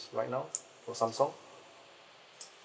right now for samsung